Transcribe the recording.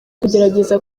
kugerageza